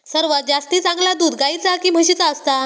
सर्वात जास्ती चांगला दूध गाईचा की म्हशीचा असता?